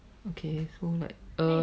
okay so like